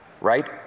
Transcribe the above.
right